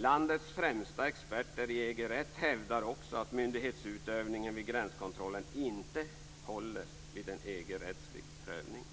Landets främsta experter på EG-rätt hävdar också att myndighetsutövningen vid gränskontrollen inte håller vid en EG-rättslig prövning.